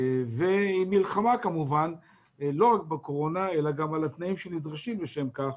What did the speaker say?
עם מלחמה כמובן לא רק בקורונה אלא גם על התנאים שנדרשים לשם כך